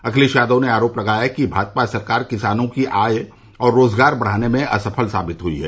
अखिलेश यादव ने आरोप लगाया कि भाजपा सरकार किसानों की आय और रोजगार बढ़ाने में असफल साबित हुई है